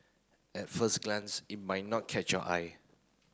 at first glance it might not catch your eye